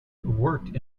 worked